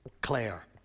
Claire